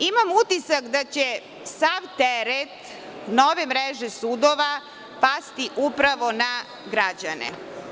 Imam utisak da će sav teret nove mreže sudova pasti upravo na građane.